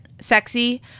Sexy